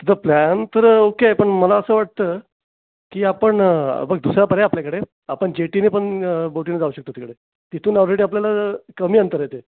तुझा प्लॅन तर ओके आहे पण मला असं वाटतं की आपण बघ दुसरा पर्याय आहे आपल्याकडे आपण जेटीने पण बोटीने जाऊ शकतो तिकडे तिथून ऑलरेडी आपल्याला कमी अंतर आहे ते